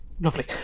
Lovely